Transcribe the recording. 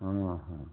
हाँ हाँ